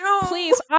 Please